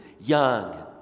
young